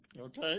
okay